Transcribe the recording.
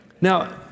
Now